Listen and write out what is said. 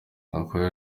gakwaya